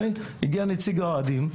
הגיע נציג האוהדים,